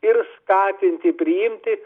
ir skatinti priimti